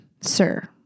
sir